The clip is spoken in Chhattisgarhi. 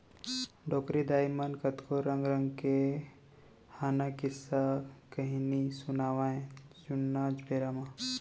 डोकरी दाइ मन कतको रंग रंग के हाना, किस्सा, कहिनी सुनावयँ जुन्ना बेरा म